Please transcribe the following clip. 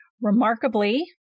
Remarkably